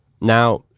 Now